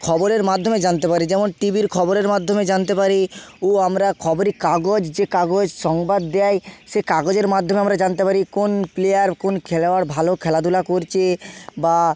খবরের মাধ্যমে জানতে পারি যেমন টিভির খবরের মাধ্যমে জানতে পারি ও আমরা খবরের কাগজ যে কাগজ সংবাদ দেয় সে কাগজের মাধ্যমে আমরা জানতে পারি কোন প্লেয়ার কোন খেলোয়াড় ভালো খেলাধুলা করছে বা